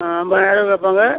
ஆ ஐம்பதுனாயருவா கேட்பாங்க